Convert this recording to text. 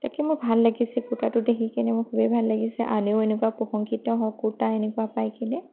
তাকেই মোৰ ভাল লাগিছে কুৰ্টাটো দেখিকেনে মোৰ খুবেই ভাল লাগিছে আনেও এনেকুৱা প্ৰশংসিত হওঁক কুৰ্টা এনেকুৱা পাইকিনে